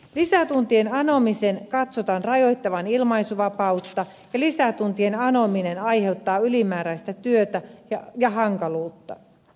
lisätuntien anomisen katsotaan rajoittavan ilmaisuvapautta ja lisätuntien anominen aiheuttaa ylimääräistä työtä ja hankaluutta